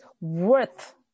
worth